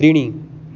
त्रीणि